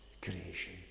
creation